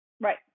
Right